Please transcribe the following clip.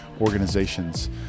organizations